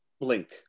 Blink